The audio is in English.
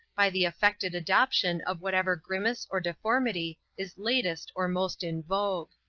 by the affected adoption of whatever grimace or deformity is latest or most in vogue.